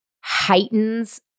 heightens